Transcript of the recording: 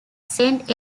saint